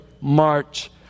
March